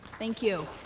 thank you